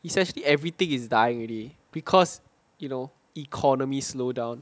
essentially everything is dying already because you know economy slowdown